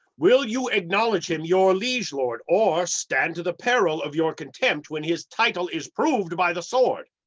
will you acknowledge him your liege lord, or stand to the peril of your contempt, when his title is proved by the sword?